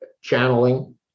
channeling